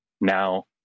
now